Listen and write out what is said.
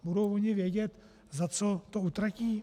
Budou oni vědět, za co to utratí?